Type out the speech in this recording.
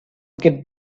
get